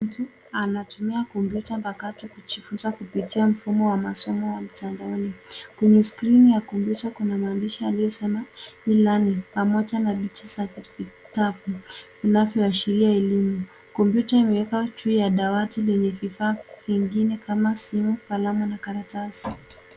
Mtu anatumia kompyuta mpakato kujifunza kupitia mfumo wa masomo ya mtandaoni, kwenye skrini ya kompyuta kuna maandishi yaliyosema E-learning vinavyo ashiria elimu.